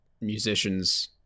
musicians